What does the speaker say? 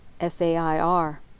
F-A-I-R